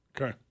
okay